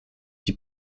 die